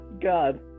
God